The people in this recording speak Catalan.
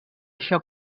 això